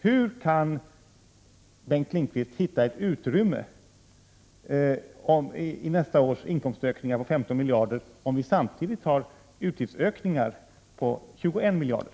Hur kan Bengt Lindqvist hitta ett utrymme i nästa års inkomstökningar på 15 miljarder om vi samtidigt har utgiftsökningar på 21 miljarder?